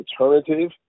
alternative